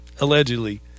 allegedly